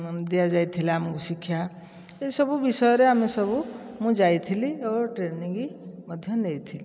ଦିଆଯାଇଥିଲା ଆମକୁ ଶିକ୍ଷା ଏସବୁ ବିଷୟରେ ଆମେ ସବୁ ମୁଁ ଯାଇଥିଲି ଓ ଟ୍ରେନିଙ୍ଗ ମଧ୍ୟ ନେଇଥିଲି